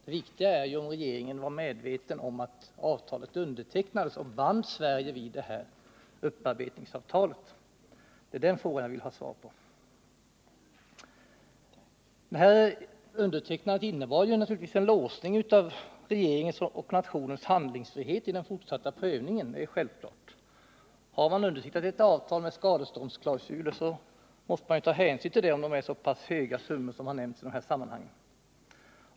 Det viktiga är om regeringen var medveten om att avtalet undertecknades och band Sverige vid detta upparbetningsavtal. Den frågan vill jag ha svar på. Undertecknandet innebar naturligtvis en låsning av regeringens och nationens handlingsfrihet i den fortsatta prövningen, det är självklart. Har man undertecknat ett avtal med skadestånds klausuler, måste man ju ta hänsyn till dessa när det handlar om så pass stora summor som i det här fallet.